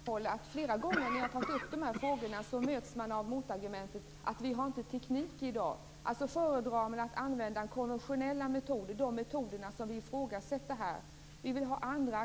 Herr talman! Jag vill gärna framhålla att jag flera gånger när jag har tagit upp dessa frågor har mötts av motargumentet att vi i dag inte har denna teknik. Alltså föredrar man att använda konventionella metoder - de metoder som vi ifrågasätter här. Vi vill ha andra